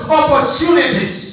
opportunities